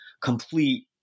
complete